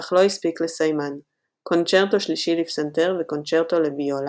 אך לא הספיק לסיימן — קונצ׳רטו שלישי לפסנתר וקונצ׳רטו לוויולה,